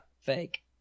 Fake